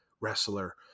wrestler